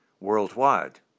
Worldwide